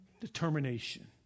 determination